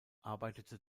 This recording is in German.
arbeitete